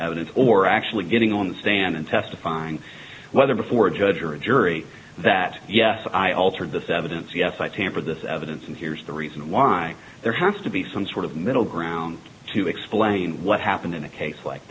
evidence or actually getting on the stand and testifying whether before a judge or a jury that yes i altered this evidence yes i tampered this evidence and here's the reason why there has to be some sort of middle ground to explain what happened in a case like